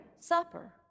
supper